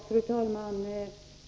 Fru talman!